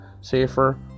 safer